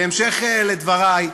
בהמשך דבריי,